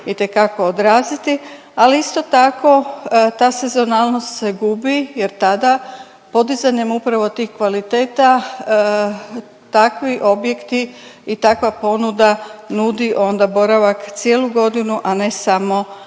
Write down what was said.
itekako odraziti ali isto tako ta sezonalnost se gubi jer tada podizanjem upravo tih kvaliteta takvi objekt i takva ponuda nudi onda boravak cijelu godinu a ne samo,